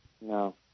No